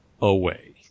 away